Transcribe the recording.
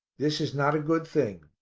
this is not a good thing.